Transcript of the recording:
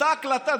אותה הקלטה.